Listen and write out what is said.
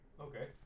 Okay